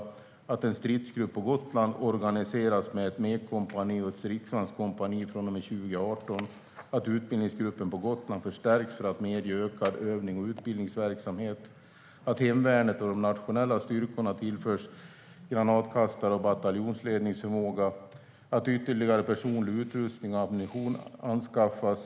Vidare kom vi överens om att en stridsgrupp på Gotland organiseras med ett mekkompani och ett stridsvagnskompani från och med 2018 och att utbildningsgruppen på Gotland förstärks för att medge ökad övnings och utbildningsverksamhet Vi kom även överens om att hemvärnet och de nationella styrkorna tillförs granatkastare och bataljonsledningsförmåga och att ytterligare personlig utrustning och ammunition anskaffas.